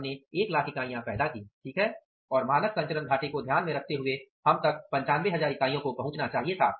हमने 100000 इकाइयाँ पैदा कीं ठीक है और मानक संचरण घाटे को ध्यान में रखते हुए हम तक 95000 इकाइयों को पहुँचना चाहिए था